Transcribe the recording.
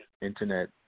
internet